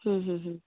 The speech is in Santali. ᱦᱩᱸ ᱦᱩᱸ ᱦᱩᱸ